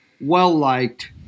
well-liked